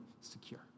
secure